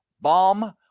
bomb